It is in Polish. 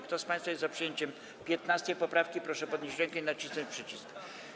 Kto z państwa jest za przyjęciem 15. poprawki, proszę podnieść rękę i nacisnąć przycisk.